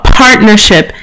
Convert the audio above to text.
partnership